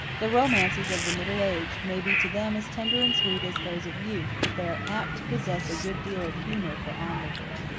the romances of the middle-aged may be to them as tender and sweet as those of youth, but they are apt to possess a good deal of humour for onlookers.